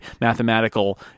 mathematical